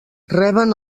reben